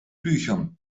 büchern